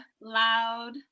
loud